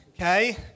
okay